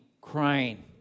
crying